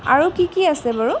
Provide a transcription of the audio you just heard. আৰু কি কি আছে বাৰু